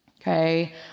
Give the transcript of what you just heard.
okay